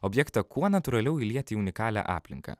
objektą kuo natūraliau įlieti į unikalią aplinką